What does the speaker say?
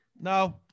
No